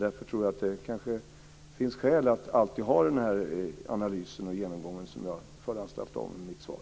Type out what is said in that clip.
Därför tror jag att det kanske finns skäl att alltid ha den analys och genomgång som jag föranstaltade om i mitt svar.